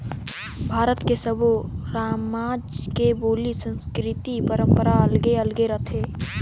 भारत के सब्बो रामज के बोली, संस्कृति, परंपरा अलगे अलगे रथे